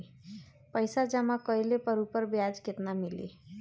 पइसा जमा कइले पर ऊपर ब्याज केतना मिली?